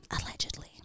allegedly